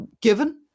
given